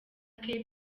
cape